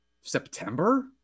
September